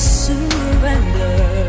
surrender